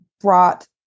brought